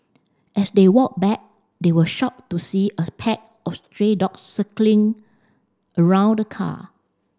as they walked back they were shocked to see as pack of stray dogs circling around the car